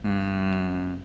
mm